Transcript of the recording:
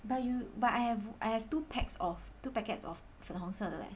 but you but I have I have two packs of two packets of 粉红色的 leh